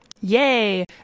yay